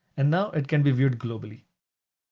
and now it can be viewed globally.